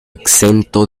exento